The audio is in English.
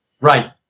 right